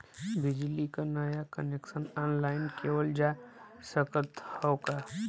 बिजली क नया कनेक्शन ऑनलाइन लेवल जा सकत ह का?